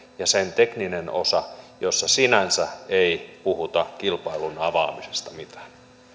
ja sen tekninen osa jossa sinänsä ei puhuta kilpailun avaamisesta mitään